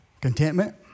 Contentment